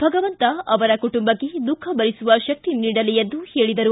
ಭಗವಂತ ಅವರ ಕುಟುಂಬಕ್ಕೆ ದುಃಖ ಭರಿಸುವ ಶಕ್ತಿ ನೀಡಲಿ ಎಂದು ತಿಳಿಸಿದರು